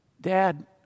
dad